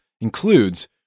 includes